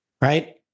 Right